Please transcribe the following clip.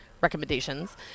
recommendations